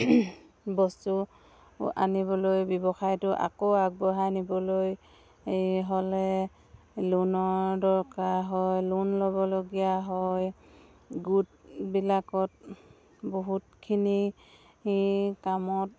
বস্তু আনিবলৈ ব্যৱসায়টো আকৌ আগবঢ়াই নিবলৈ এই হ'লে লোনৰ দৰকাৰ হয় লোন ল'বলগীয়া হয় গোটবিলাকত বহুতখিনি কামত